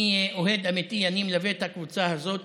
אני אוהד אמיתי, אני מלווה את הקבוצה הזאת